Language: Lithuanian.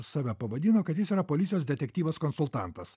save pavadino kad jis yra policijos detektyvas konsultantas